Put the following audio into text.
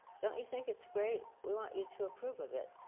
don't you think it's great, we want you to approve of it.